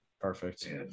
Perfect